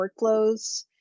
workflows